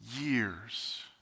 years